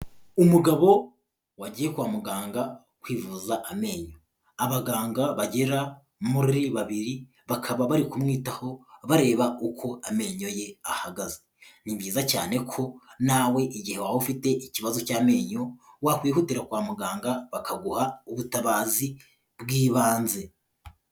Umugabo wagiye kwa muganga kwivuza amenyo, abaganga bagera muri babiri bakaba bari kumwitaho bareba uko amenyo ye ahagaze. Ni byiza cyane ko nawe igihe waba ufite ikibazo cy'amenyo, wakwihutira kwa muganga bakaguha ubutabazi bw'ibanze.